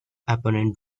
opponent